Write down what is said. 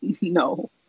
No